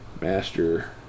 Master